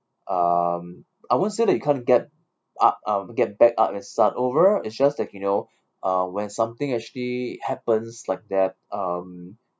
um I won't say that you can't get up uh get back up and start over it's just that you know uh when something actually happens like that um